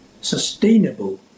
sustainable